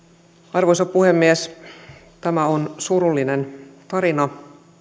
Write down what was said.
arvoisa puhemies tämä on surullinen tarina